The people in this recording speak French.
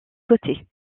côté